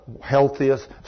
healthiest